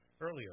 earlier